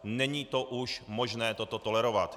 Není už možné toto tolerovat.